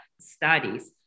studies